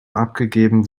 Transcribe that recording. abgegeben